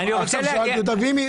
עכשיו שאלתי אותה.